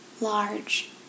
large